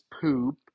poop